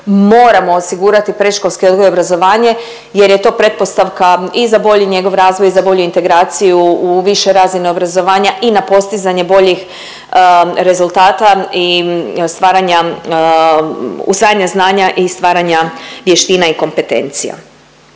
moramo osigurati predškolski odgoj i obrazovanje jer je to pretpostavka i za bolji njegov razvoj i za bolju integraciju u više razine obrazovanja i na postizanje boljih rezultata i stvaranja, usvajanja znanja i stvaranja vještina i kompetencija.